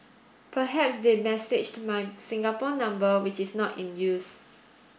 perhaps they messaged my Singapore number which is not in use